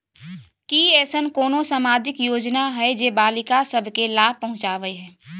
की ऐसन कोनो सामाजिक योजना हय जे बालिका सब के लाभ पहुँचाबय हय?